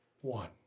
one